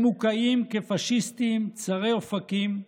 הם מוקעים כפשיסטים, צרי אופקים,